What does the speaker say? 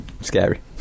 scary